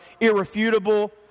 irrefutable